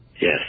Yes